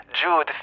Jude